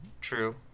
true